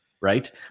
Right